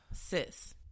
Sis